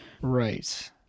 Right